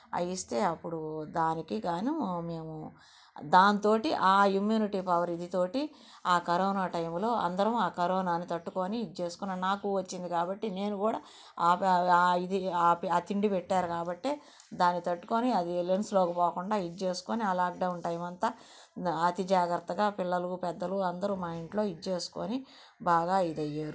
అవి ఇస్తే అప్పుడు దానికి గాను మేము దాంతోటి ఆ ఇమ్యూనిటీ పవర్ ఇది తోటి ఆ కరోనా టైంలో అందరం ఆ కరోనాను తట్టుకొని ఇది చేసుకుని నాకు వచ్చింది కాబట్టి నేను కూడా ఆ ఇది ఆ తిండి పెట్టారు కాబట్టే దాన్ని తట్టుకొని అది లంగ్స్లోకి పోకుండా ఇది చేసుకుని ఆ లాక్డౌన్ టైమ్ అంతా అతి జాగ్రత్తగా పిల్లలు పెద్దలు అందరూ మా ఇంట్లో ఇది చేసుకుని బాగా ఇది అయ్యారు